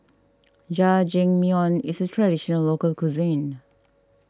Jajangmyeon is a Traditional Local Cuisine